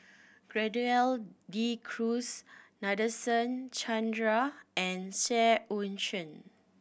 Gerald De Cruz Nadasen Chandra and Seah Eu Chin